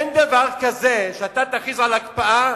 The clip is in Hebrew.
אין דבר כזה שאתה תכריז על הקפאה